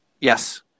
Yes